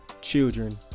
children